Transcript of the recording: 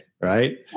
right